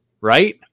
right